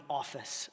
office